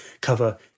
cover